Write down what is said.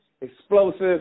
explosive